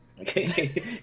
Okay